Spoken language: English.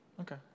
okay